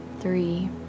three